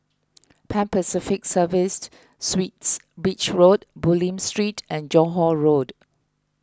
Pan Pacific Serviced Suites Beach Road Bulim Street and Johore Road